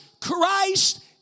Christ